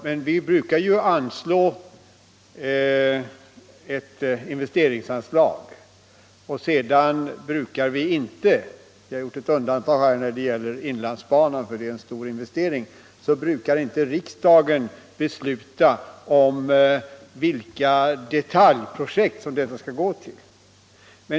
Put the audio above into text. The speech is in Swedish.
Men vi brukar bevilja ett investeringsanslag, sedan brukar riksdagen inte — vi har gjort ett undantag när det gäller inlandsbanan, därför att det är en stor investering — besluta om vilka detaljprojekt detta skall gå till.